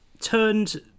turned